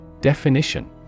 Definition